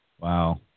Wow